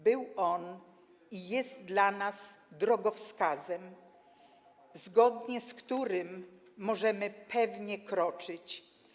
Był On i jest dla nas drogowskazem, zgodnie z którym możemy pewnie kroczyć.